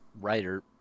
writer